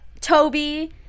toby